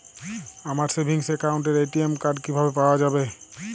আমার সেভিংস অ্যাকাউন্টের ATM card কিভাবে পাওয়া যাবে?